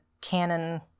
canon